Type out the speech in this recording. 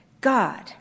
God